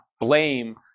blame